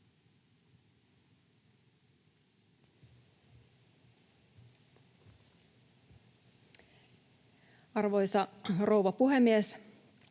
Arvoisa rouva puhemies!